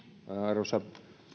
arvoisa